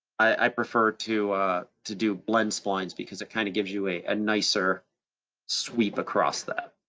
i prefer to to do blend splines because it kind of gives you a ah nicer sweep across that.